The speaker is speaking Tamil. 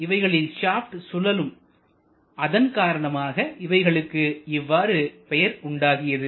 இவைகளின் ஷாப்டு சுழலும் அதன் காரணமாக இவைகளுக்கு இவ்வாறு பெயர் உண்டாகியது